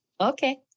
Okay